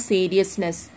Seriousness